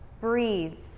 breathe